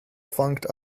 funked